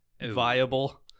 viable